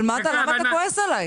אבל למה אתה כועס עליי?